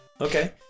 Okay